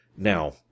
Now